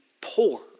poor